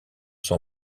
son